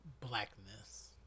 blackness